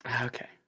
Okay